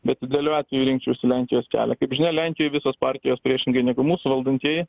bet idealiu atveju rinkčiausi lenkijos kelią kaip žinia lenkijoj visos partijos priešingai negu mūsų valdantieji